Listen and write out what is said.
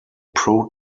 pro